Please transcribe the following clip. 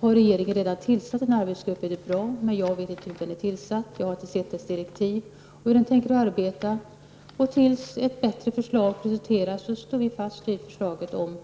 Har regeringen redan tillsatt en arbetsgrupp är det bra. Jag vet emellertid inte om så är fallet, och jag har inte sett direktiven. Till dess ett bättre förslag presenteras står vi fast vid vårt förslag om